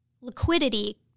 liquidity